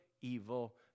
evil